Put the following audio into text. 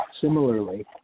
similarly